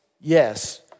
Yes